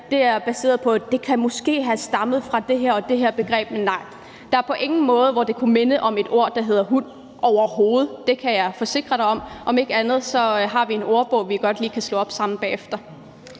her, er baseret på, at det måske kan have stammet fra det og det begreb. Men nej, det kan på ingen måde minde om et ord, der betyder »hund«, overhovedet. Det kan jeg forsikre dig om. Om ikke andet har vi en ordbog, vi godt lige kan slå op i sammen bagefter.